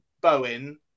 Bowen